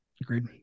Agreed